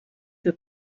für